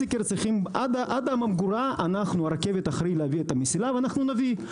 עד הממגורה הרכבת אחראית להביא את המסילה ואנחנו נביא.